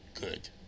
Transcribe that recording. Good